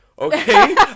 okay